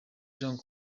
jean